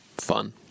Fun